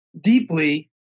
deeply